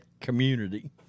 community